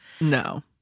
No